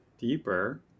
deeper